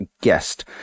guest